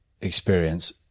experience